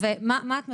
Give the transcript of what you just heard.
מה את מבקשת?